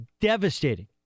devastating